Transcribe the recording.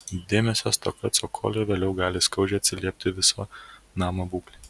dėmesio stoka cokoliui vėliau gali skaudžiai atsiliepti viso namo būklei